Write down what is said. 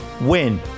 Win